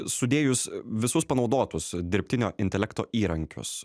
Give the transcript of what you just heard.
sudėjus visus panaudotus dirbtinio intelekto įrankius